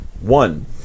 One